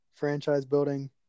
franchise-building